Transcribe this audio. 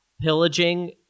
pillaging